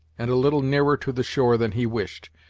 and a little nearer to the shore than he wished,